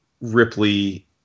Ripley